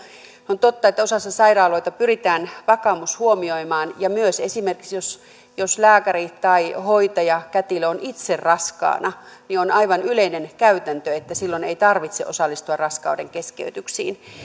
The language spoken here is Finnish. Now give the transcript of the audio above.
on totta että osassa sairaaloita pyritään vakaumus huomioimaan ja myös esimerkiksi jos jos lääkäri tai hoitaja kätilö on itse raskaana niin on aivan yleinen käytäntö että silloin ei tarvitse osallistua raskaudenkeskeytyksiin